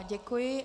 Děkuji.